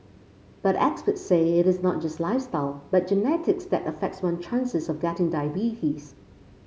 but experts say it is not just lifestyle but genetics that affects one's chances of getting diabetes